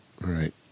right